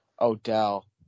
Odell